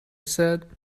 said